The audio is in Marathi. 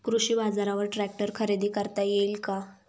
कृषी बाजारवर ट्रॅक्टर खरेदी करता येईल का?